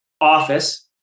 office